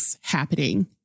happening